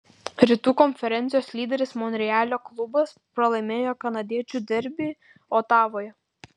rytų konferencijos lyderis monrealio klubas pralaimėjo kanadiečių derbį otavoje